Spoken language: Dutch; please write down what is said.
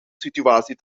situatie